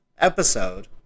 episode